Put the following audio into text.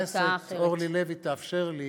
אם חברת הכנסת אורלי לוי תאפשר לי